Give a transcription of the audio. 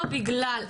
לא בגלל,